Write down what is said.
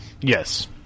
Yes